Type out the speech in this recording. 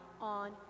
on